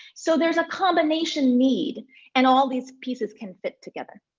so there's a combination need and all these pieces can fit together.